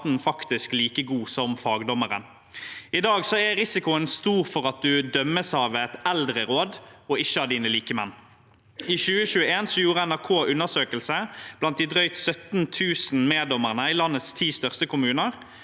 faktisk like god som fagdommeren. I dag er risikoen stor for at man dømmes av et eldreråd og ikke av sine likemenn. I 2021 gjorde NRK en undersøkelse blant de drøyt 17 000 meddommerne i landets ti største kommuner.